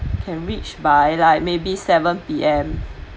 can reach by like maybe seven P_M